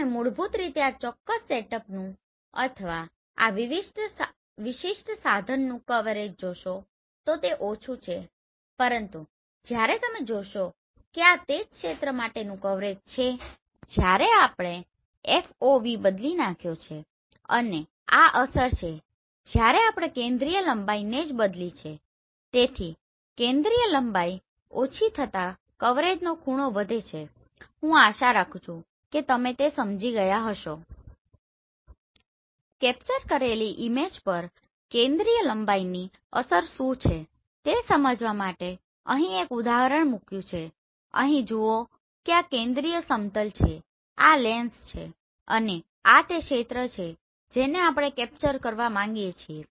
તમે અહીં જુઓ કે આ કેન્દ્રીય સમતલ છે આ લેન્સ છે અને આ તે ક્ષેત્ર છે જેને આપણે કેપ્ચર કરવા માગીએ છીએ